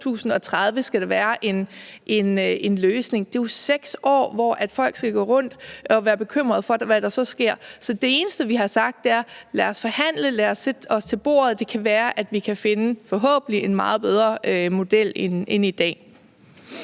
2030 skal komme en løsning. Det er jo 6 år, hvor folk skal gå rundt og være bekymret for, hvad der så sker. Så det eneste, vi har sagt, er: Lad os forhandle, lad os sætte os til bordet, og så kan det forhåbentlig være, at vi kan finde en meget bedre model end den,